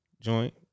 Joint